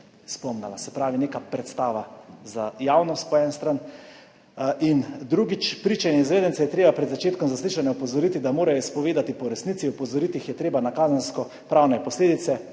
po eni strani neka predstava za javnost. In drugič, priče in izvedence je treba pred začetkom zaslišanja opozoriti, da morajo izpovedati po resnici, opozoriti jih je treba na kazenskopravne posledice